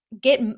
get